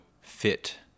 fit